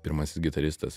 pirmasis gitaristas